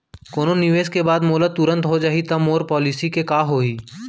कोनो निवेश के बाद मोला तुरंत हो जाही ता मोर पॉलिसी के का होही?